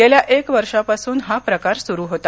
गेल्या एक वर्षापासून हा प्रकार सुरू होता